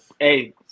hey